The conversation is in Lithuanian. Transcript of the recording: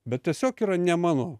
bet tiesiog yra ne mano